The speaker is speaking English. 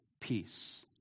peace